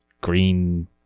green